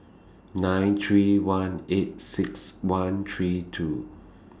nine three one eight six one three two